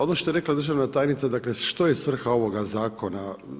Ono što je rekla državna tajnica, dakle što je svrha ovoga Zakona.